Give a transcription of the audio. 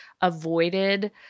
avoided